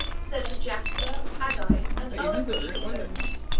set with jasper, agate, and other precious stones.